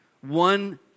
One